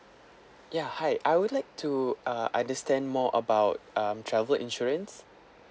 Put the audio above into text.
ya hi I would like to uh understand more about um travel insurance